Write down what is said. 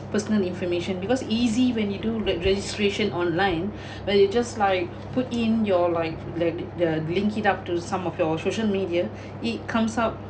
personal information because easy when you do re~ registration online where you just like put in your like the the link it up to some of your social media it comes out